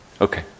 Okay